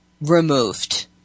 removed